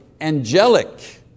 angelic